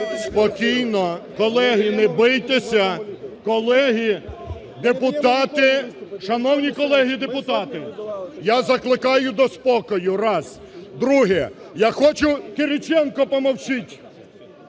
спокійно. Колеги, не бийтеся, колеги. Депутати, шановні колеги депутати, я закликаю до спокою, раз. Друге, я хочу... Кириченко, помовчіть!